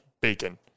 bacon